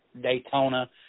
Daytona